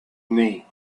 knee